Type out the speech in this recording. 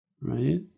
right